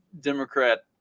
Democrat